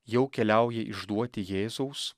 jau keliauja išduoti jėzaus